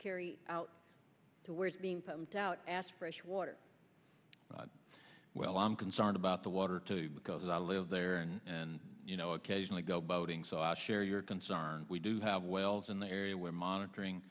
carry out to where it's being pumped out ass freshwater well i'm concerned about the water too because i live there and you know occasionally go boating so i share your concern we do have wells in the area we're monitoring